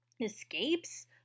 escapes